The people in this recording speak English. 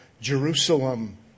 Jerusalem